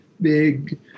big